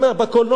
בקולנוע,